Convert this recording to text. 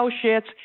associates